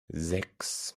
sechs